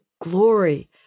glory